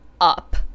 up